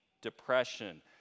depression